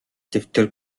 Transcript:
дэвтэр